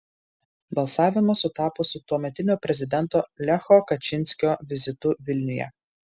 balsavimas sutapo su tuometinio prezidento lecho kačynskio vizitu vilniuje